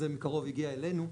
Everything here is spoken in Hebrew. זה מקרוב הגיע אלינו.